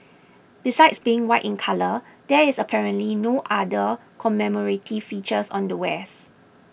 besides being white in colour there is apparently no other commemorative features on the wares